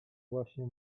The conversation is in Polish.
właśnie